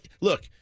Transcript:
look